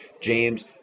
James